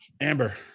amber